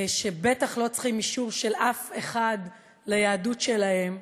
שבטח לא צריכים אישור של אף אחד ליהדות שלהם,